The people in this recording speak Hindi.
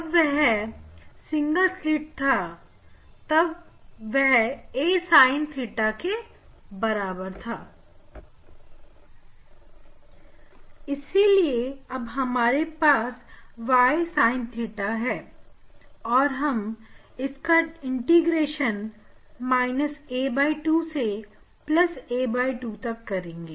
जब यह सिंगल स्लिट था तब वह a Sin theta इसीलिए अब हमारे पास Y Sin theta है और हम इसका इंटीग्रेशन a2 से a2 तक करेंगे